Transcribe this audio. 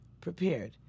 prepared